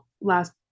last